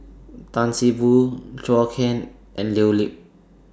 Tan See Boo Zhou Can and Leo Lip